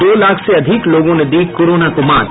दो लाख से अधिक लोगों ने दी कोरोना को मात